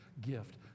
gift